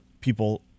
people